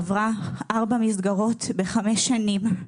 עברה ארבע מסגרות בחמש שנים.